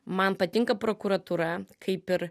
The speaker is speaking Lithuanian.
man patinka prokuratūra kaip ir